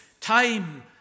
time